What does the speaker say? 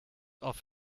off